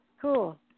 Cool